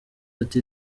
ati